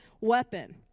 weapon